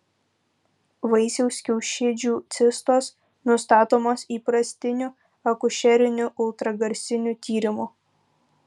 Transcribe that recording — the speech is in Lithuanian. vaisiaus kiaušidžių cistos nustatomos įprastiniu akušeriniu ultragarsiniu tyrimu